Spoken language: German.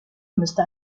müsste